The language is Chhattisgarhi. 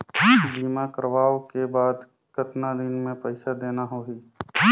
बीमा करवाओ के बाद कतना दिन मे पइसा देना हो ही?